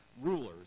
rulers